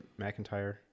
McIntyre